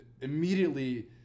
immediately